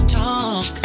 talk